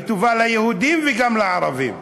היא טובה ליהודים וגם לערבים,